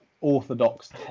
orthodox